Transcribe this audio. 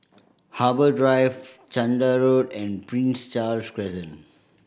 Harbour Drive Chander Road and Prince Charles Crescent